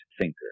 thinker